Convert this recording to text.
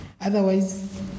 Otherwise